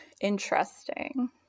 interesting